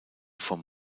vom